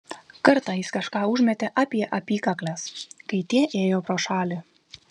kartą jis kažką užmetė apie apykakles kai tie ėjo pro šalį